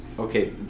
Okay